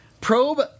Probe